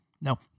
No